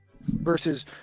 Versus